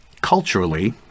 Culturally